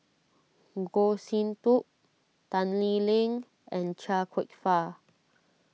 Goh Sin Tub Tan Lee Leng and Chia Kwek Fah